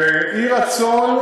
של אי-רצון,